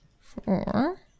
Four